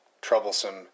troublesome